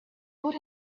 put